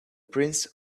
prince